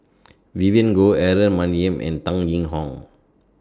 Vivien Goh Aaron Maniam and Tan Yee Hong